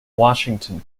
washington